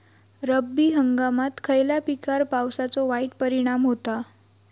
रब्बी हंगामात खयल्या पिकार पावसाचो वाईट परिणाम होता?